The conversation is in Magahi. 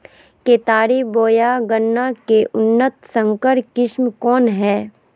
केतारी बोया गन्ना के उन्नत संकर किस्म कौन है?